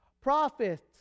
Prophets